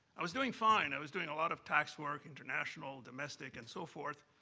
i was doing fine. i was doing a lot of tax work, international, domestic, and so forth,